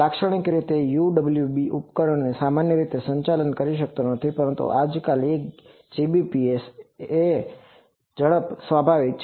લાક્ષણિક રીતે UWB ઉપકરણનો સામાન્ય રીતે સંચાલન થઇ શકતો નથી પરંતુ આજકાલ 1 Gbps સ્વાભાવિક છે